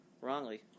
wrongly